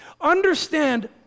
Understand